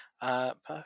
perfect